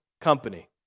company